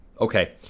Okay